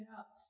up